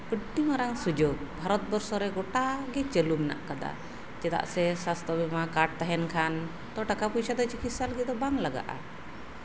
ᱟᱹᱰᱤ ᱢᱟᱨᱟᱝ ᱥᱩᱡᱳᱜᱽ ᱵᱷᱟᱨᱚᱛ ᱵᱚᱨᱥᱚ ᱨᱮ ᱜᱳᱴᱟᱜᱮ ᱪᱟᱹᱞᱩ ᱢᱮᱱᱟᱜ ᱠᱟᱫᱟ ᱪᱮᱫᱟᱜ ᱥᱮ ᱥᱟᱥᱛᱷᱚ ᱵᱤᱢᱟ ᱠᱟᱨᱰ ᱛᱟᱦᱮᱱ ᱠᱷᱟᱱ ᱴᱟᱠᱟ ᱯᱚᱭᱟ ᱫᱚ ᱪᱤᱠᱤᱛᱥᱟ ᱞᱟᱹᱜᱤᱫ ᱫᱚ ᱵᱟᱝ ᱞᱟᱜᱟᱜᱼᱟ